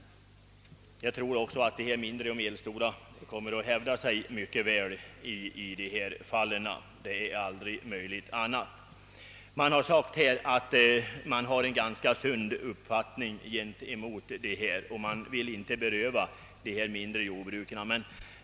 Jag tror att de mindre och medelstora jordbruken kommer att hävda sig mycket väl. Annat kan icke vara möjligt. Regeringen säger sig ha en sund uppfattning i dessa frågor.